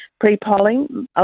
pre-polling